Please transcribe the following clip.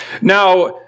Now